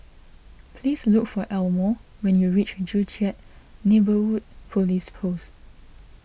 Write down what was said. please look for Elmore when you reach Joo Chiat Neighbourhood Police Post